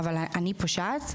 אבל אני פושעת?